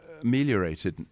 ameliorated